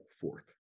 fourth